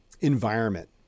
environment